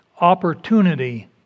opportunity